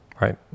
right